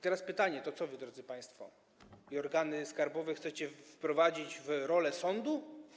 Teraz pytanie: To co, drodzy państwo, i organy skarbowe chcecie wprowadzić w rolę sądu?